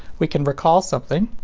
we can recall something.